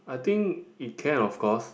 I think it can of course